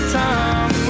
time